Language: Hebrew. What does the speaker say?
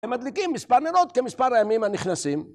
הם מדליקים מספר נרות כמספר הימים הנכנסים